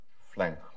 flank